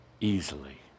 easily